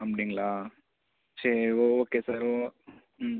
அப்படிங்களா சரி okay sir ம்